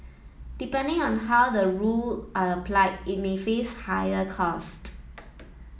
depending on how the rule are applied it may face higher costs